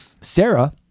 sarah